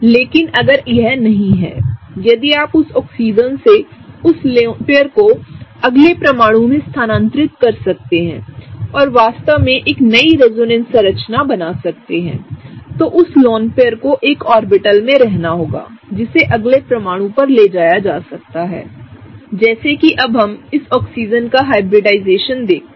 लेकिन अगर यह नहीं हैयदि आप उस ऑक्सीजन से उस लोन पेयर को अगले परमाणु में स्थानांतरित कर सकते हैं और वास्तव में एक नई रेजोनेंस संरचना बना सकते हैं तो उस लोन पेयर को एक ऑर्बिटल में रहना होगा जिसे अगले परमाणु पर ले जाया जा सकता है जैसे कि अब हम इस ऑक्सीजन का हाइब्रिडाइजेशन देखते हैं